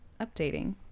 updating